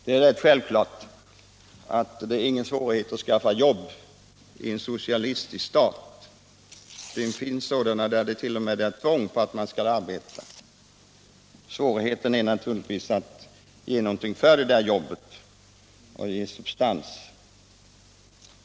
Det är rätt självklart att det inte är någon svårighet att skaffa jobb i socialistiska stater. Det finns sådana stater där det t.o.m. är tvång på att man skall arbeta. Svårigheterna är naturligtvis att ge någonting för det där jobbet och att ge det substans och värde.